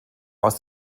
aus